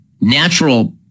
natural